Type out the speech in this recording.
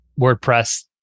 WordPress